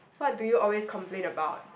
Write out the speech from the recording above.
what do you always complain about